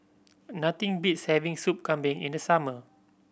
nothing beats having Soup Kambing in the summer